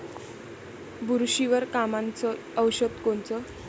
बुरशीवर कामाचं औषध कोनचं?